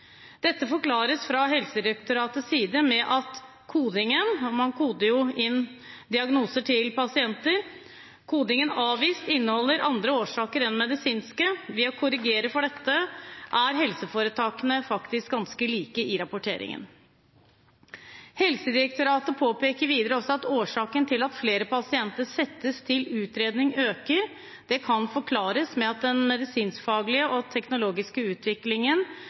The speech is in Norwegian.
Dette forklares fra Helsedirektoratets side med at kodingen «avvist» – man koder jo inn diagnoser til pasienter – inneholder andre årsaker enn medisinske. Ved å korrigere for dette er helseforetakene faktisk ganske like i rapporteringen. Helsedirektoratet påpeker videre også at årsaken til at flere pasienter sendes til utredning, kan forklares med at den medisinskfaglige og teknologiske utviklingen